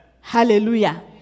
Hallelujah